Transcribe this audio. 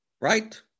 Right